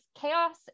chaos